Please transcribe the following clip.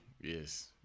yes